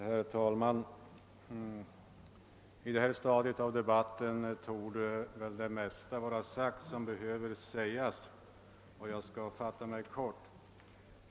Herr talman! Vid detta stadium av debatten torde det mesta som behöver sägas vara sagt, och jag skall fatta mig kort.